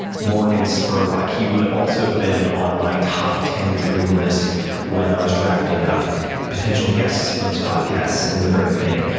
morgan spurlock. he would also have been on my top ten dream list when i was drafting up potential guests for this podcast in the very beginning.